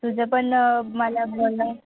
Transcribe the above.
तुझं पण मला बोलणं